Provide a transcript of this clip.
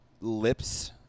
lips